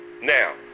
Now